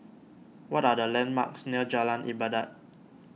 what are the landmarks near Jalan Ibadat